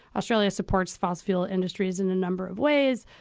australia supports forcefield industries in a number of ways.